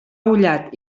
ullat